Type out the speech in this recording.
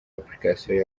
application